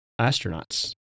astronauts